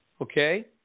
okay